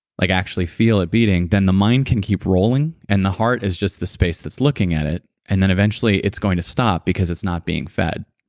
like actually feel it beating, then the mind can keep rolling and the heart is just the space that's looking at it, and an eventually it's going to stop because it's not being fed